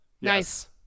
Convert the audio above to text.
Nice